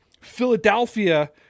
Philadelphia